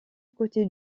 côté